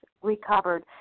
Recovered